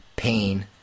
Pain